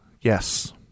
Yes